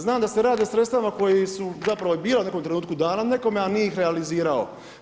Znam da se radi o sredstvima koji su, zapravo i bila u nekom trenutku dana nekome a nije ih realizirao.